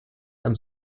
ein